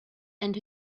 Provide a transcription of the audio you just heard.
and